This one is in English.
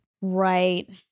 Right